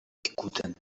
discuten